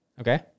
Okay